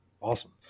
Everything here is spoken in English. awesome